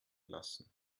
lassen